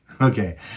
Okay